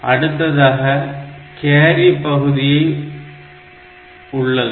அடுத்ததாக கேரி பகுதி உள்ளது